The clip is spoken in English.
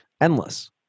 endless